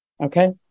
Okay